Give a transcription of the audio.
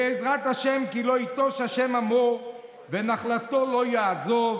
בעזרת השם, "כי לא יטוש ה' עמו ונחלתו לא יעזב".